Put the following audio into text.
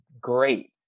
great